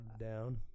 down